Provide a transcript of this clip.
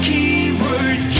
Keyword